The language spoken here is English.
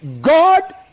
God